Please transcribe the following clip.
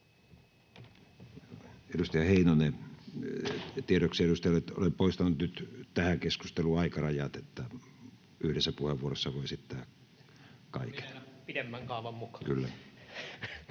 Edustaja Heinonen. — Tiedoksi edustajille, että olen poistanut nyt tähän keskusteluun aikarajat, niin että yhdessä puheenvuorossa voi esittää kaiken. [Timo Heinonen: Pidemmän kaavan mukaan!]